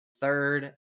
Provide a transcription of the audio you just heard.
third